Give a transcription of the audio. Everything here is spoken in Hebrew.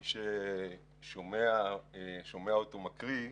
מי ששמע אותו קורא,